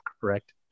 correct